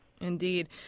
Indeed